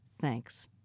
Thanks